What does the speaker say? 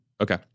okay